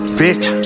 bitch